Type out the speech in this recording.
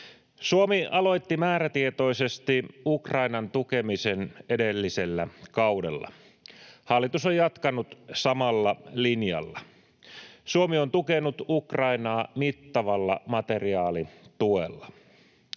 Suomi aloitti määrätietoisesti Ukrainan tukemisen edellisellä kaudella. Hallitus on jatkanut samalla linjalla. Suomi on tukenut Ukrainaa mittavalla materiaalituella.